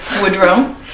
Woodrow